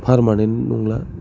permanent नंला